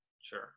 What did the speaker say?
sure